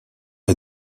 est